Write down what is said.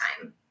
time